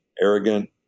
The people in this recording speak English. arrogant